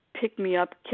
pick-me-up